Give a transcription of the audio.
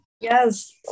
Yes